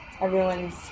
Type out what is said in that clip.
everyone's